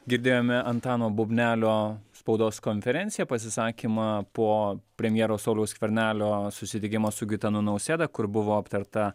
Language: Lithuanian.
girdėjome antano bubnelio spaudos konferenciją pasisakymą po premjero sauliaus skvernelio susitikimo su gitanu nausėda kur buvo aptarta